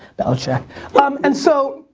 belichick. and so,